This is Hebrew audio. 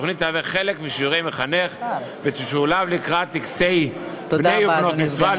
התוכנית תהווה חלק משיעורי מחנך ותשולב לקראת טקסי בנות ובני מצווה,